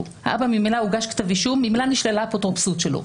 ממילא הוגש כתב אישום וממילא נשללה האפוטרופסות שלו,